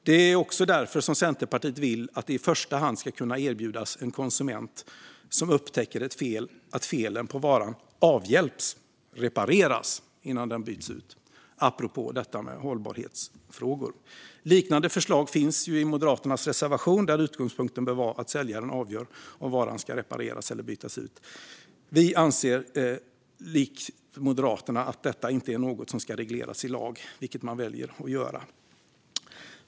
Det är också därför som Centerpartiet vill att det i första hand ska kunna erbjudas en konsument som upptäcker ett fel att felet på varan avhjälps - repareras - innan den byts ut, apropå detta med hållbarhetsfrågor. Liknande förslag finns i Moderaternas reservation, där utgångspunkten bör vara att säljaren avgör om varan ska repareras eller bytas ut. Vi anser, som Moderaterna, att detta inte är något som ska regleras i lag, vilket man väljer att göra.